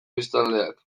biztanleak